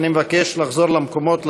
אני מבקש לחזור למקומות ולשבת,